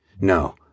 No